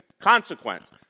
consequence